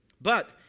But